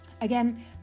Again